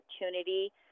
opportunity